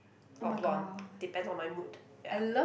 or blonde depends on my mood ya